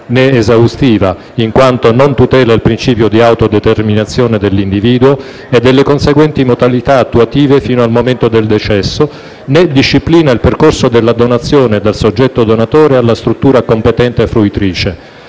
né esaustiva, in quanto non tutela il principio di autodeterminazione dell'individuo e delle conseguenti modalità attuative fino al momento del decesso, né disciplina il percorso della donazione dal soggetto donatore alla struttura competente fruitrice;